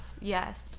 Yes